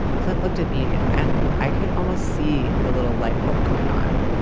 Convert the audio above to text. clint looked at me, and i could almost see the little lightbulb going on,